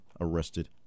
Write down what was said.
arrested